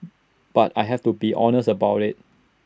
but I have to be honest about IT